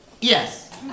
Yes